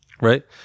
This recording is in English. right